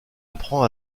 apprend